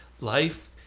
Life